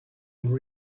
over